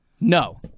No